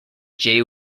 jay